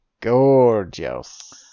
gorgeous